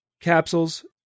capsules